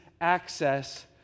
access